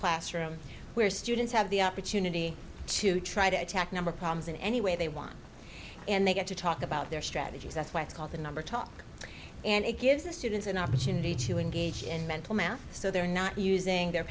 classroom where students have the opportunity to try to attack number problems in any way they want and they get to talk about their strategies that's why it's called the number talk and it gives the students an opportunity to engage in mental math so they're not using their